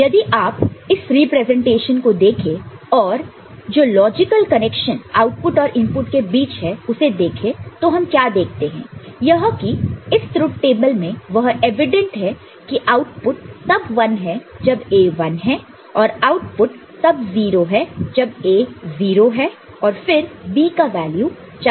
अब यदि आप इस रिप्रेजेंटेशन को देखें और जू लॉजिकल कनेक्शन आउटपुट और इनपुट के बीच है उसे देखें तो हम क्या देखते हैं यह कि इस ट्रुथ टेबल में वह एवीडेंट है की आउटपुट तब 1 है जब A 1 है और आउटपुट तब 0 है जब A 0 है फिर B का वैल्यू चाहे कुछ भी हो